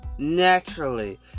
naturally